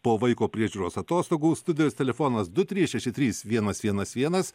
po vaiko priežiūros atostogų studijos telefonas du trys šeši trys vienas vienas vienas